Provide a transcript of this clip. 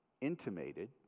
intimated